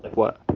what?